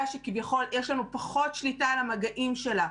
שכביכול יש לנו פחות שליטה על המגעים שלה,